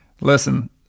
listen